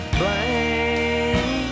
blame